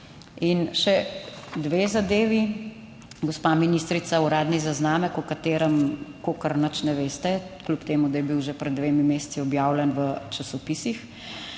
In še dve zadevi. Gospa ministrica. Uradni zaznamek o katerem kolikor nič ne veste, kljub temu, da je bil že pred dvemi meseci objavljen v časopisih.